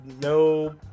no